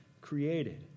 created